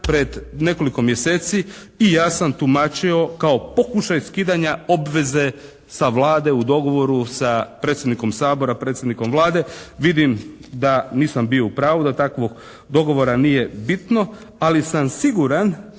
pred nekoliko mjeseci i ja sam tumačio kao pokušaj skidanja obveze sa Vlade u dogovoru sa predsjednikom Sabora, predsjednikom Vlade. Vidim da nisam bio u pravu. Da takvog dogovora nije bitno, ali sam siguran